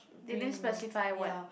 didn't specify what